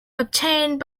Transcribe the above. obtained